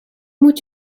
moet